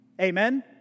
Amen